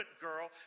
girl